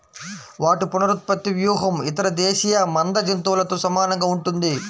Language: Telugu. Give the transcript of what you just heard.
వాటి పునరుత్పత్తి వ్యూహం ఇతర దేశీయ మంద జంతువులతో సమానంగా ఉంటుంది